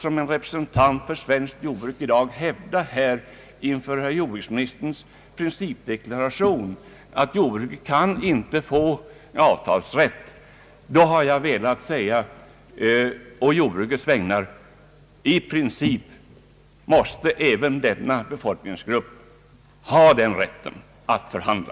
Som representant för svenskt jordbruk har jag endast, inför jordbruksministerns principdeklaration att jordbruket inte kan få avtalsrätt, velat säga: I princip måste även denna befolkningsgrupp ha rätt att förhandla.